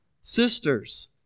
sisters